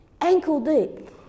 ankle-deep